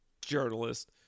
Journalist